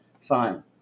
fine